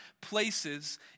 places